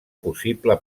possible